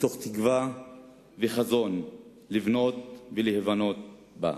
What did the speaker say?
מתוך תקווה וחזון לבנות ולהיבנות בה.